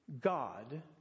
God